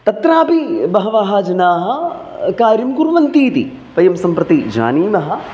तत्रापि बहवः जनाः कार्यं कुर्वन्ति इति वयं सम्प्रति जानीमः